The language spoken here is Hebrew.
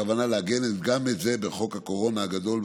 הכוונה היא לעגן גם את זה בחוק הקורונה הגדול,